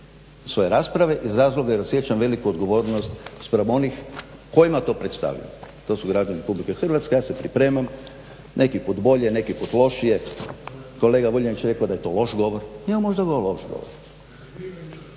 svoje rasprave iz razloga jer osjećam veliku odgovornost spram onih kojima to predstavljam, a to su građani Republike Hrvatske. Ja se pripremam, neki put bolje, neki put lošije. Kolega Vuljanić je rekao da je to loš govor, … loš govor.